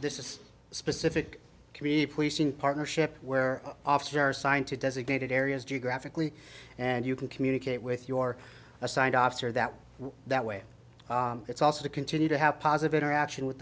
this is a specific community policing partnership where officers assigned to designated areas geographically and you can communicate with your assigned officer that that way it's also to continue to have positive interaction